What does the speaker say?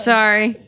Sorry